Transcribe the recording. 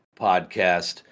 podcast